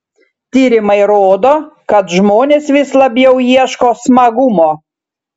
tyrimai rodo kad žmonės vis labiau ieško smagumo